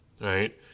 right